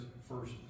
first